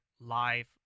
life